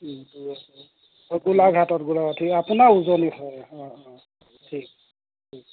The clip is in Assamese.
ও গোলাঘাটত গোলাঘাট ঠিক আপোনাৰ উজনি হয় অ অ ঠিক অ